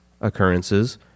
occurrences